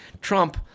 Trump